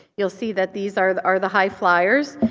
you'll see that these are the are the high flyers.